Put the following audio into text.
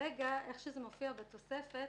כרגע כפי שזה מופיע בתוספת,